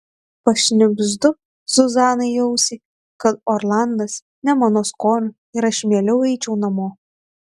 pašnibždu zuzanai į ausį kad orlandas ne mano skonio ir aš mieliau eičiau namo